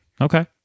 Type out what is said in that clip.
okay